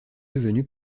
devenu